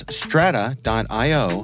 strata.io